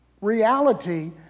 reality